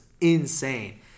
insane